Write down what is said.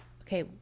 Okay